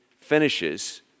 finishes